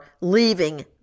leaving